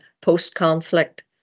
post-conflict